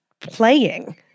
playing